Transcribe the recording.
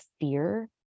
fear